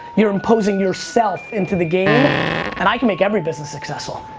you're imposing yourself into the game and i can make every business successful.